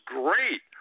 great